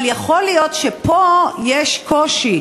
אבל יכול להיות שפה יש קושי,